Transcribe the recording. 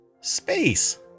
space